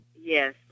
Yes